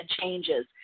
changes